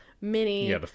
mini